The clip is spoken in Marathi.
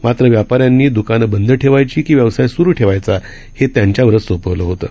मात्रव्यापाऱ्यांनीद्कानंबंदठेवायचीकीव्यवसायस्रूठेवायचा हेत्यांच्यावरचसोपवलंहोतं